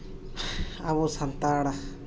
ᱟᱵᱚ ᱥᱟᱱᱛᱟᱲ